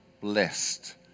blessed